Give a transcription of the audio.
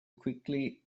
quickly